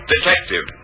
Detective